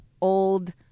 old